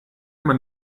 man